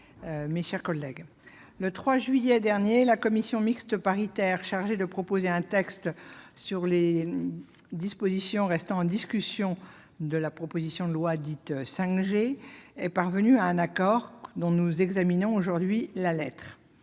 le 3 juillet dernier, la commission mixte paritaire chargée de proposer un texte sur les dispositions restant en discussion de la proposition de loi dite « 5G » est parvenue à un accord, dont nous examinons aujourd'hui la lettre.